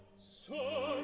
so